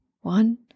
One